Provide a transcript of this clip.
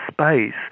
space